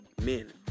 men